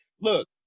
look